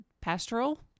pastoral